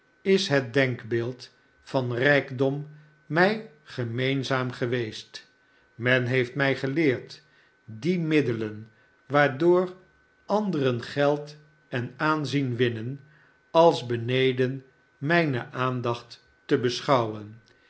is het denkbeeld van rijkdom mij gemeenzaam geweest men heeft mij geleerd die middelen waardoor anderen geld en aanzien winnen als beneden mijne aandacht te beschouwen